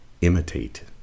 imitate